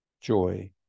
joy